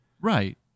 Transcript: Right